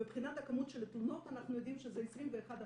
מבחינת הכמות של התלונות אנחנו יודעים שזה 21%,